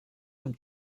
amb